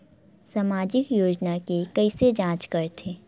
सामाजिक योजना के कइसे जांच करथे?